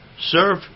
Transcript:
serve